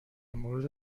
مورد